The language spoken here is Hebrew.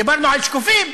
דיברנו על שקופים?